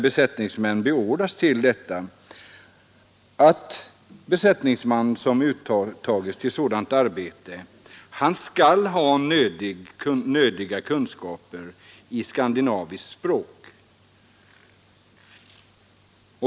Besättningsman som beordrats till undervisning för invandrare sådant arbete skall ha nödvändiga kunskaper i skandinaviskt språk.